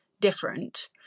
different